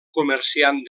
comerciant